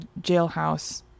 jailhouse